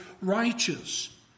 righteous